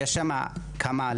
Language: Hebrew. יש שם כמה אלפים.